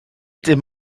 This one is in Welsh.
dim